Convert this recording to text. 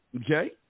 Okay